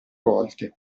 volte